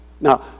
Now